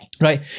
Right